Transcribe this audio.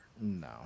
No